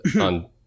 on